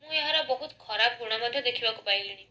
ମୁଁ ଏହାର ବହୁତ ଖରାପ ଗୁଣ ମଧ୍ୟ ଦେଖିବାକୁ ପାଇଲିଣି